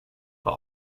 but